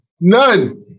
None